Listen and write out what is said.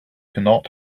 cannot